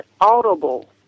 audible